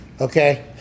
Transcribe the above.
Okay